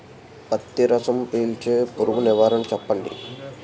పత్తి రసం పీల్చే పురుగు నివారణ చెప్పండి?